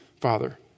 Father